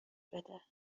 بده